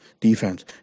defense